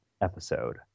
episode